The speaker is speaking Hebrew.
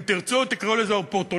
אם תרצו, תקראו לזה אופורטוניזם,